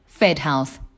FedHealth